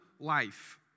life